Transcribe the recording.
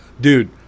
Dude